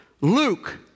Luke